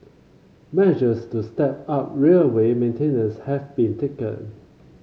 measures to step up railway maintenance have been taken